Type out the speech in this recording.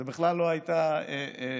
זו בכלל לא הייתה שאלה.